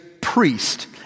priest